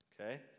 okay